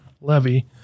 levy